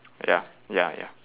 ya ya ya